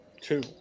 two